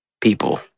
people